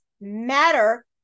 matter